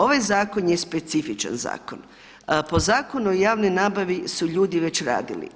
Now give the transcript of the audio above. Ovaj zakon je specifičan zakon, po Zakonu o javnoj nabavi su ljudi već radili.